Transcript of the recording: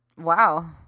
wow